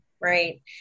right